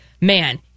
man